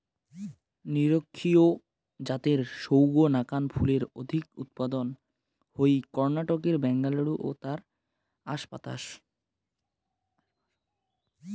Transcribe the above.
নিরক্ষীয় জাতের সৌগ নাকান ফুলের অধিক উৎপাদন হই কর্ণাটকের ব্যাঙ্গালুরু ও তার আশপাশত